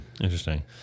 Interesting